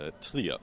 Trier